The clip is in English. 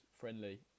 friendly